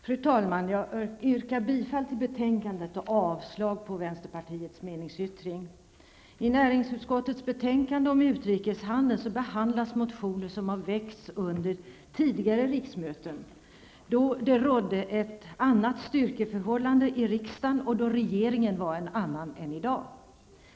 Fru talman! Jag yrkar bifall till utskottets hemställan och avslag på vänsterpartiets meningsyttring. I näringsutskottets betänkande om utrikeshandeln behandlas motioner som väckts under tidigare riksmöten då det rådde ett annat styrkeförhållande i riksdagen och då regeringen var en annan än i dag.